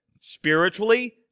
Spiritually